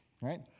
Right